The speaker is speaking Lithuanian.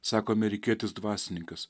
sako amerikietis dvasininkas